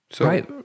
Right